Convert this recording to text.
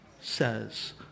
says